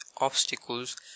obstacles